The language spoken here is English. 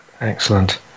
Excellent